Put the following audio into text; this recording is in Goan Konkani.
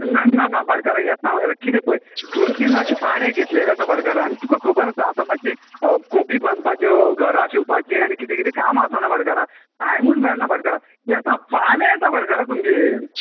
ना ना ना भाटकारा येता हांव कितें पळय दोन तीन जाणांचे पाडे घेतलेले आसा भाटकारा आनी तुका खबर आसा आतां मातशी खोंपी बांदपाच्यो घरां शिवपाचीं आनी कितें कितें कामां आसा भाटकारा टायमूच मेळना भाटकारा येतां फाल्यां येता भाटकारा तुमगेर